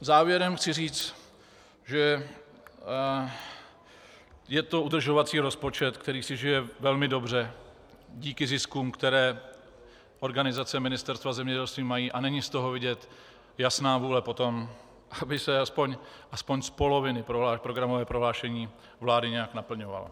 Závěrem chci říct, že je to udržovací rozpočet, který si žije velmi dobře díky ziskům, které organizace ministerstva zemědělství mají, a není z toho vidět jasná vůle po tom, aby se aspoň z poloviny programové prohlášení vlády nějak naplňovalo.